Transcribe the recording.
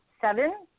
seven